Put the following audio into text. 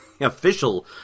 official